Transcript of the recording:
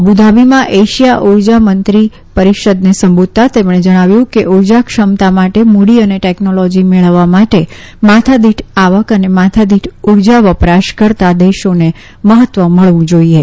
અબુધાબીમા Asia ઉર્જા મત્રી પરિષદને સંબોધતા તેમણે જણાવ્યું કે ઉર્જા ક્ષમતા માટે મુડી અને ટેકનોલોજી મેળવવા માટે માથાદીઠ આવક અને માથાદીઠ ઉર્જા વપરાશ કરતા દેશોને મહત્વ મળવું જાઈએ